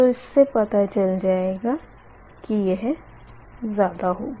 तो इस से पता चल जाएगा कि यह ज़्यादा होगा